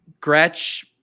gretch